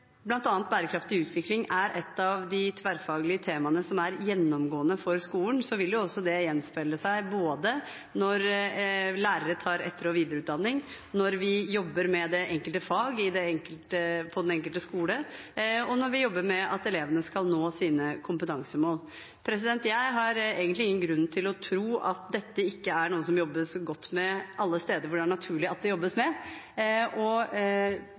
bærekraftig utvikling er et av de tverrfaglige temaene som er gjennomgående for skolen, vil det også gjenspeile seg både når lærere tar etter- og videreutdanning, når vi jobber med det enkelte fag på den enkelte skole, og når vi jobber med at elevene skal nå sine kompetansemål. Jeg har egentlig ingen grunn til å tro at dette ikke er noe som det jobbes godt med alle steder hvor det er naturlig at det jobbes med. Jeg forstår i og